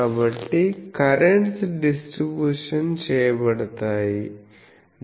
కాబట్టి currents distributions చేయబడతాయి